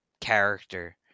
character